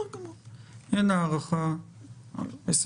שירי לב רן לביא,